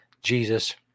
Jesus